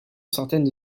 certaines